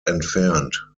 entfernt